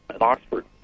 Oxford